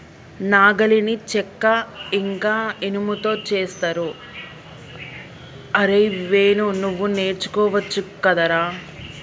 నాగలిని చెక్క ఇంక ఇనుముతో చేస్తరు అరేయ్ వేణు నువ్వు నేర్చుకోవచ్చు గదరా